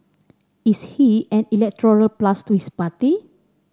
is he an electoral plus to his party